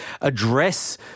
address